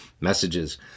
messages